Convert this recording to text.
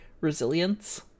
resilience